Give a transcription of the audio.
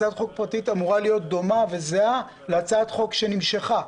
הצעת החוק הפרטית אמורה להיות דומה וזהה להצעת החוק שנמשכה,